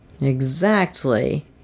Exactly